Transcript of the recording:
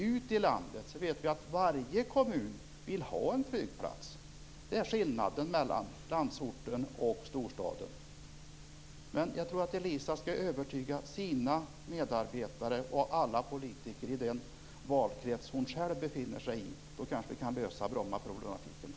Ute i landet, det vet vi, vill varje kommun ha en flygplats. Det är skillnaden mellan landsorten och storstaden. Jag tror att Elisa Abascal Reyes skall övertyga sina medarbetare och alla politiker i hennes egen valkrets. Då kan vi kanske lösa Brommaproblematiken.